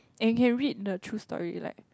and you can read the true story like